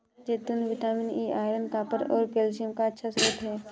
जैतून vitamin E, iron, copper और calcium का अच्छा स्रोत हैं